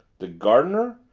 the gardener?